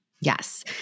Yes